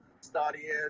studying